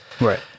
Right